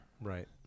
right